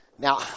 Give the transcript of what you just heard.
Now